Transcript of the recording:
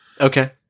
Okay